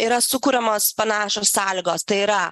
yra sukuriamos panašios sąlygos tai yra